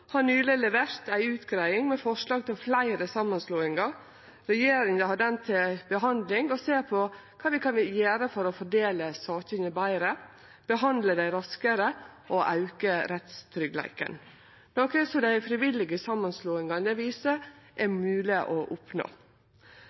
har nyleg levert ei utgreiing med forslag til fleire samanslåingar. Regjeringa har ho til behandling og ser på kva vi kan gjere for å fordele sakene betre, behandle dei raskare og auke rettstryggleiken, noko dei frivillige samanslåingane viser er mogleg å oppnå.